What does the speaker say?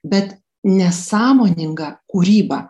bet nesąmoninga kūryba